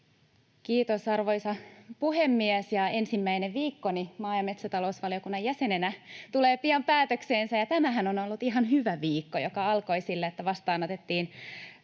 Kiitos, arvoisa puhemies! Ensimmäinen viikkoni maa- ja metsätalousvaliokunnan jäsenenä tulee pian päätökseensä, ja tämähän on ollut ihan hyvä viikko, joka alkoi sillä, että vastaanotettiin